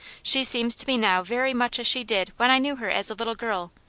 she seems to me now very much as she did when i knew her as a little girl,